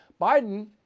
Biden